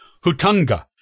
Hutunga